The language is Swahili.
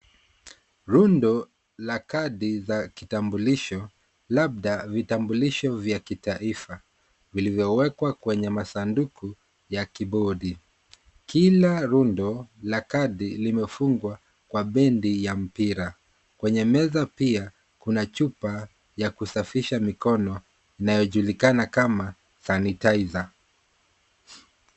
Rundo la kadi za kitambulisho labda vitambulisho vya kitaifa vilivyowekwa kwa masanduku ya kibodi, kila rundo ya limefungwa kwa bendi ya mpira, kwenye meza pia kuna chupa ya kusafisha inayojulikana kama sanitizer.